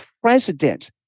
president